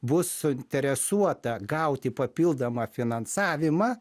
bus suinteresuota gauti papildomą finansavimą